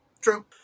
True